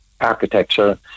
Architecture